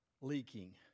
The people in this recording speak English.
leaking